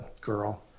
girl